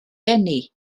eni